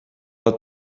dat